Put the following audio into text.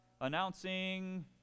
Announcing